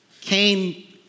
Cain